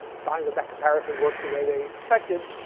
find that that comparison worked the way they expected.